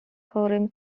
chorym